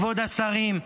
כבוד השרים,